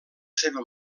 seva